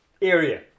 area